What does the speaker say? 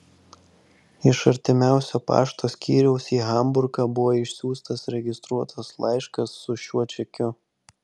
iš artimiausio pašto skyriaus į hamburgą buvo išsiųstas registruotas laiškas su šiuo čekiu